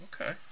Okay